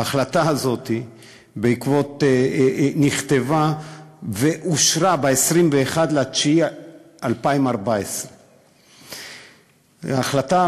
ההחלטה הזאת נכתבה ואושרה ב-21 בספטמבר 2014. ההחלטה,